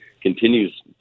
continues